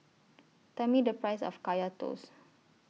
Tell Me The Price of Kaya Toast